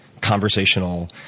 conversational